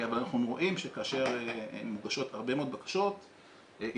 אבל אנחנו רואים שכאשר מוגשות הרבה מאוד בקשות אישיות